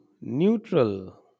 neutral